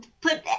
put